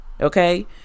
okay